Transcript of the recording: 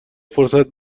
فرصت